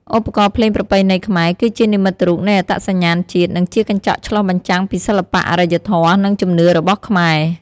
ឧបករណ៍ភ្លេងប្រពៃណីខ្មែរ គឺជានិមិត្តរូបនៃអត្តសញ្ញាណជាតិ និងជាកញ្ចក់ឆ្លុះបញ្ចាំងពីសិល្បៈ អរិយធម៌ និងជំនឿរបស់ខ្មែរ។